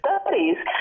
studies